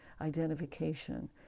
identification